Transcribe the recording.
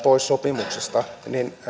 pois sopimuksesta